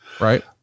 Right